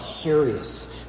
curious